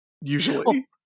usually